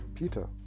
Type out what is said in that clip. Peter